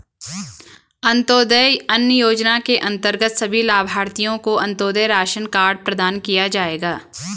अंत्योदय अन्न योजना के अंतर्गत सभी लाभार्थियों को अंत्योदय राशन कार्ड प्रदान किया जाएगा